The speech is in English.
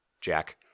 Jack